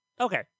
Okay